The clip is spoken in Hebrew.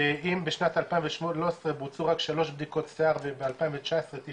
ואם בשנת 2013 בוצעו רק 3 בדיקות שיער וב-2019 9